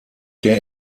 der